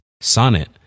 Sonnet